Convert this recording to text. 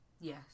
Yes